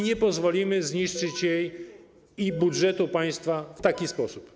Nie pozwolimy zniszczyć jej i budżetu państwa w taki sposób.